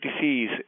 disease